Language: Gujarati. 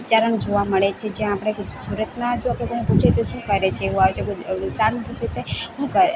ઉચ્ચારણ જોવા મળે છે જ્યાં આપણે સુરતમાં જો આપણે કોઈને પૂછીએ તો એ શું કરે છે એવું આવે છે ચાનું પૂછે તે હું કરે